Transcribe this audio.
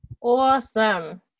awesome